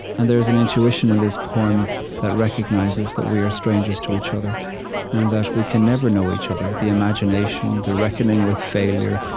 and there's an intuition in this poem that recognizes that we are strangers to each other and that we can never know each other. the imagination, the reckoning with failure,